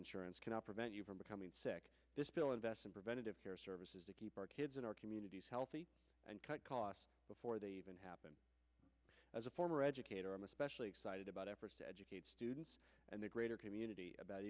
insurance cannot prevent you from becoming sick this bill invests in preventative care services to keep our kids in our communities healthy and cut costs before they even happen as a former educator i'm especially excited about efforts to educate students and the greater community about